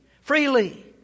freely